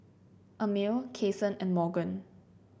Amil Cason and Morgan